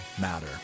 matter